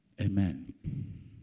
Amen